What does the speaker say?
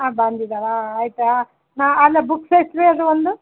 ಹಾಂ ಬಂದಿದ್ದಾವ ಆಯಿತಾ ಹಾಂ ಅಲ್ಲ ಬುಕ್ಸ್ ಎಷ್ಟು ರೀ ಅದು ಒಂದು